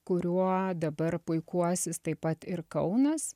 kuriuo dabar puikuosis taip pat ir kaunas